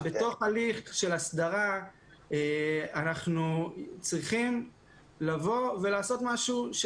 בתוך הליך של הסדרה אנחנו צריכים לבוא ולעשות משהו.